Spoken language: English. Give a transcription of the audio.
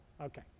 Okay